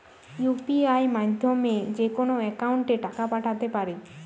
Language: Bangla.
ইউ.পি.আই মাধ্যমে যেকোনো একাউন্টে টাকা পাঠাতে পারি?